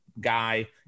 guy